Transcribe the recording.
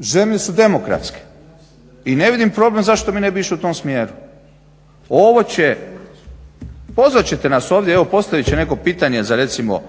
zemlje su demokratske i ne vidim problem zašto mi ne bi išli u tom smjeru. Pozvat ćete nas ovdje evo postavit će netko pitanje za recimo